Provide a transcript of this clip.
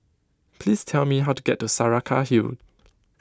please tell me how to get to Saraca Hill